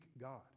God